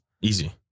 easy